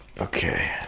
Okay